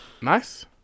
nice